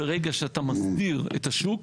ברגע שאתה מסדיר את השוק,